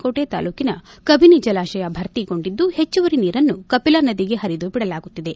ಕೋಟೆ ತಾಲ್ಲೂಕಿನ ಕಬಿನಿ ಜಲಾಶಯ ಭರ್ತಿಗೊಂಡಿದ್ದು ಹೆಚ್ಚುವರಿ ನೀರನ್ನು ಕಪಿಲಾ ನದಿಗೆ ಹರಿದು ಬಿಡಲಾಗುತ್ತಿದೆ